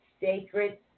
sacred